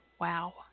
Wow